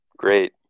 Great